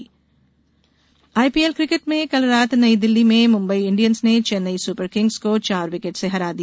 IPL IPL cricket में कल रात नई दिल्ली में मुंबई इंडियंस ने चेन्नई सुपर किंग्स को चार विकेट से हरा दिया